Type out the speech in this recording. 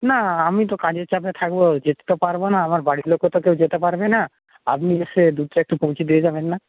না আমি তো কাজের চাপে থাকবো যেতে তো পারবো না আমার বাড়ির লোকও তো কেউ যেতে পারবে না আপনি এসে দুধটা একটু পৌঁছে দিয়ে যাবেন না